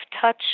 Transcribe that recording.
touch